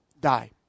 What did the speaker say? die